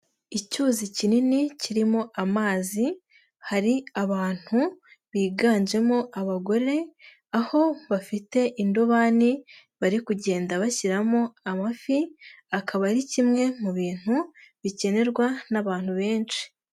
Icyuzi kinini kirimo amazi, hari abantu biganjemo abagore aho bafite indobani bari kugenda bashyiramo amafi, akaba ari kimwe mu bintu bikenerwa n'abantu benshi.